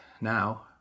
now